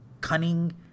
cunning